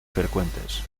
frecuentes